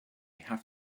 have